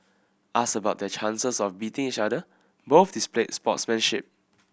asked about their chances of beating each other both displayed sportsmanship